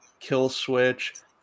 Killswitch